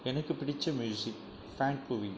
எனக்கு பிடித்த music band queen